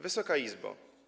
Wysoka Izbo!